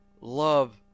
love